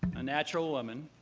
a natural woman,